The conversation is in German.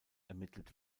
ermittelt